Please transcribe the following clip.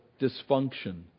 dysfunction